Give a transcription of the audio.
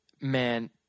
man